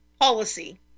policy